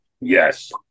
Yes